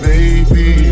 Baby